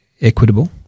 equitable